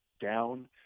down